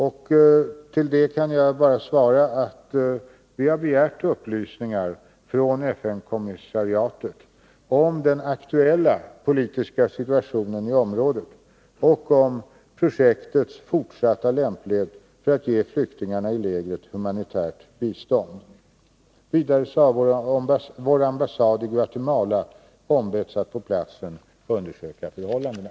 Jag kan bara svara att vi har begärt upplysningar från FN-kommissariatet om den aktuella politiska situationen i området och om projektets fortsatta lämplighet när det gäller att ge flyktingarna i lägret humanitärt bistånd. Vidare har vår ambassad i Guatemala ombetts att på platsen undersöka förhållandena.